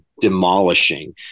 demolishing